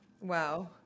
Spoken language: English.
wow